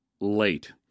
late